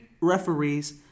referees